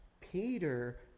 peter